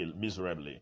miserably